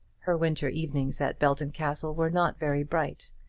her winter evenings at belton castle were not very bright,